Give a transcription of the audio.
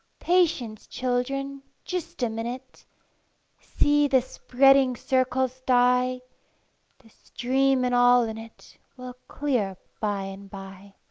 patience, children, just a minute see the spreading circles die the stream and all in it will clear by-and-by.